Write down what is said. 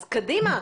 אז קדימה.